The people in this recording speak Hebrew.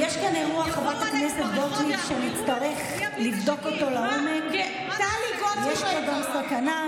יבואו עלינו ברחוב, יחטפו לנו, נהיה בלי נשקים?